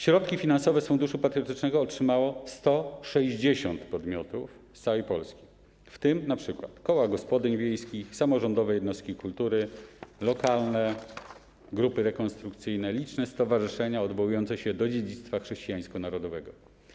Środki finansowe z Funduszu Patriotycznego otrzymało 160 podmiotów z całej Polski, w tym np. koła gospodyń wiejskich, samorządowe jednostki kultury, lokalne grupy rekonstrukcyjne, liczne stowarzyszenia odwołujące się do dziedzictwa chrześcijańsko-narodowego.